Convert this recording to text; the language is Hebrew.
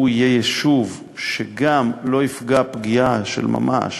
שהוא יהיה יישוב שגם לא יפגע פגיעה של ממש